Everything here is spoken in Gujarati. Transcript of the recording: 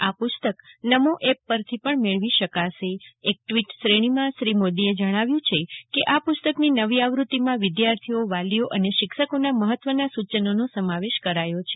આ પુસ્તક નમો એપ પરથી પણ મેળવી શકાશે એક ટ્વીટશ્રેણીમાં શ્રી મોદીએ જણાવ્યું કે આ પુસ્તકની નવી આવૃત્તિમાં વિદ્યાર્થીઓ વાલીઓઅને શિક્ષકોના મહત્ત્વના સૂ ચનોનો સમાવેશ કરાયો છે